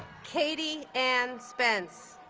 katie anne spence